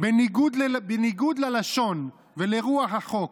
בניגוד ללשון ולרוח החוק.